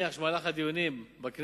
אני מניח שבמהלך הדיונים בכנסת,